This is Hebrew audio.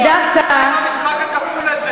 די עם המשחק הכפול הזה.